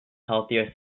healthier